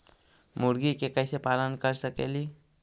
मुर्गि के कैसे पालन कर सकेली?